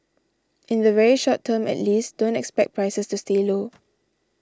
in the very short term at least don't expect prices to stay low